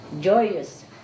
Joyous